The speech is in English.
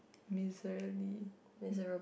miserly